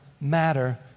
matter